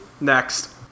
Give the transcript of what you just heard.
Next